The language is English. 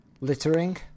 littering